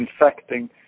infecting